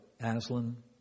Aslan